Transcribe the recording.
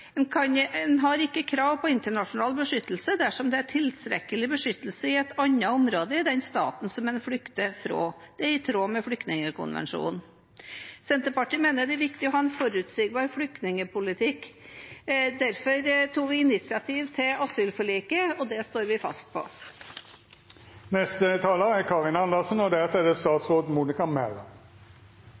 En har ikke krav på internasjonal beskyttelse dersom det er tilstrekkelig beskyttelse i et annet område i den staten som en flykter fra. Det er i tråd med flyktningkonvensjonen. Senterpartiet mener det er viktig å ha en forutsigbar flyktningpolitikk. Derfor tok vi initiativ til asylforliket, og det står vi fast